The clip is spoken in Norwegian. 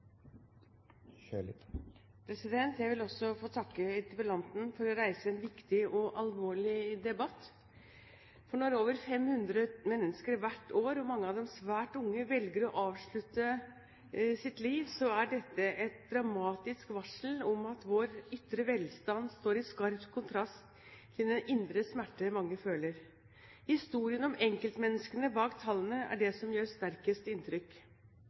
Jeg vil også takke interpellanten for å reise en viktig og alvorlig debatt. Når over 500 mennesker hvert år, mange av dem svært unge, velger å avslutte sitt liv, er dette et dramatisk varsel om at vår ytre velstand står i skarp kontrast til den indre smerte mange føler. Historien om enkeltmenneskene bak tallene er det som gjør sterkest inntrykk.